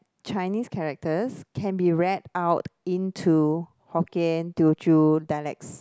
Chinese characters can be read out into hokkien Teochew dialects